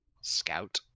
Scout